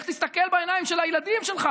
איך תסתכל בעיניים של הילדים שלך?